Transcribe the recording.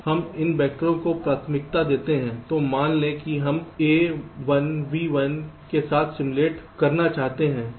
तो हम इन वैक्टरों को प्राथमिकता देते हैं तो मान लें कि हम a 1 b 1 के साथ सिमुलेट करना चाहते हैं